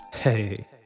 Hey